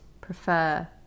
prefer